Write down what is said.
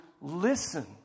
listen